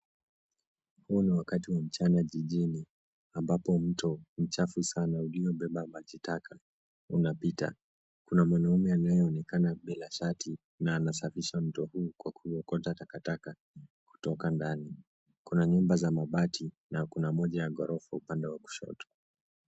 Huu ni wakati wa mchana jijini, ambapo mto mchafu sana uliobeba maji taka unapita. Kuna mwanaume anayeonekana bila shati, na anasafisha mto huu kwa kuokota takataka kutoka ndani. Kuna nyumba za mabati, na kuna moja ya ghorofa upande wa kushoto.